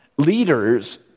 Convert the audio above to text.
Leaders